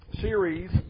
series